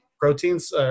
proteins